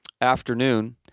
afternoon